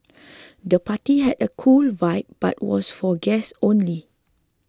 the party had a cool vibe but was for guests only